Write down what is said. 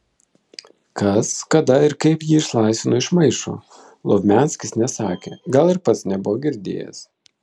kas kada ir kaip jį išlaisvino iš maišo lovmianskis nesakė gal ir pats nebuvo girdėjęs